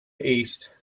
east